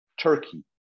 Turkey